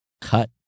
cut